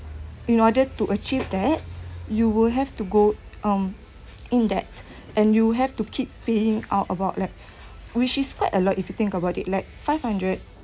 in order to achieve that you will have to go um in that and you have to keep paying out about like which is quite a lot if you think about it like five hundred